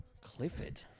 Clifford